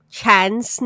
chance